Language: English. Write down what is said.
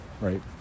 right